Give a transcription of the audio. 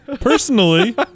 personally